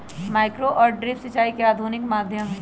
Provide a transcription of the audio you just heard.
micro और drip सिंचाई के आधुनिक माध्यम हई